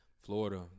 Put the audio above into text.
Florida